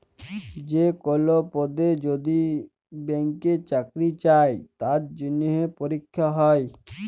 যে কল পদে যদি ব্যাংকে চাকরি চাই তার জনহে পরীক্ষা হ্যয়